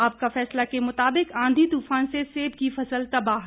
आपका फैसला के मुताबिक आंधी तुफान से सेब की फसल तबाह